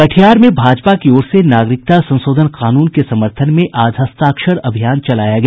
कटिहार में भाजपा की ओर से नागरिकता संशोधन कानून के समर्थन में आज हस्ताक्षर अभियान चलाया गया